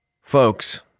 Folks